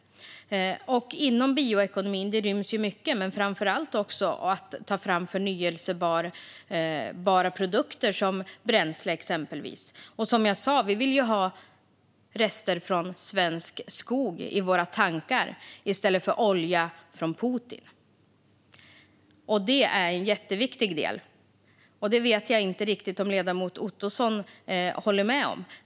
Inom bioekonomin ryms mycket. Framför allt behöver man ta fram förnybara produkter, exempelvis bränsle. Som jag sa vill vi ha rester från svensk skog i våra tankar i stället för olja från Putin. Det är en jätteviktig del. Jag vet inte riktigt om ledamoten Ottosson håller med om det.